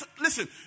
listen